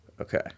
okay